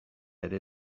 ere